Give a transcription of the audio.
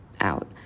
out